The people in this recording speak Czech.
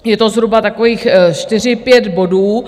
Je to zhruba takových čtyři, pět bodů.